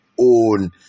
own